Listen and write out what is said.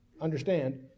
understand